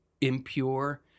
impure